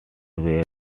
were